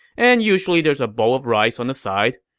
and usually there's a bowl of rice on the side.